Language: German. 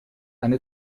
eine